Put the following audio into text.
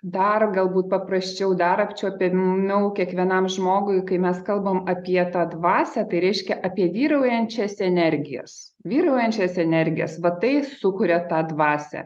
dar galbūt paprasčiau dar apčiuopiamiau kiekvienam žmogui kai mes kalbam apie tą dvasią tai reiškia apie vyraujančias energijas vyraujančias energijas va tai sukuria tą dvasią